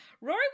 Rory